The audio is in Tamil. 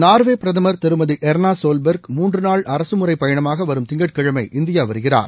நார்வே பிரதமர் திருமதி எர்னா சோல்பெர்க் மூன்று நாள் அரசுமுறைப் பயணமாக வரும் திங்கட்கிழமை இந்தியா வருகிறார்